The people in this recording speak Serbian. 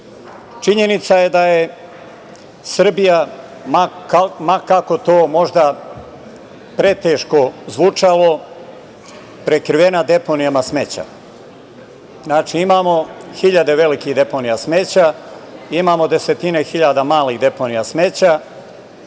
prirode. Činjenica je da je Srbija, ma kako to možda preteško zvučalo, prekrivena deponijama smeća. Imamo hiljade velikih deponija smeća. Imamo desetine hiljada malih deponija smeća.